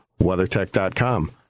WeatherTech.com